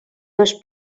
dos